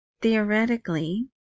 theoretically